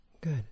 Good